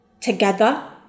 together